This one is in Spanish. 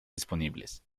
disponibles